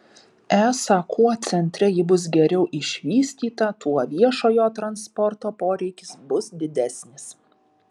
esą kuo centre ji bus geriau išvystyta tuo viešojo transporto poreikis bus didesnis